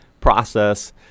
process